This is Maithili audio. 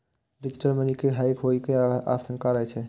डिजिटल मनी के हैक होइ के आशंका रहै छै